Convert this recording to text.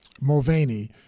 Mulvaney